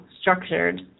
structured